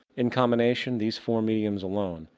in combination these four mediums alone,